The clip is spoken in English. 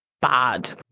bad